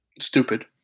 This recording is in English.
Stupid